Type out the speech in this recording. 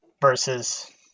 Versus